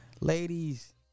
Ladies